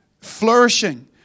flourishing